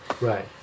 Right